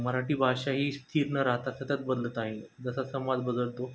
मराठी भाषा ही स्थिर न राहता सतत बदलत आहे जसा समाज बदलतो